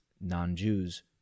non-Jews